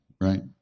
right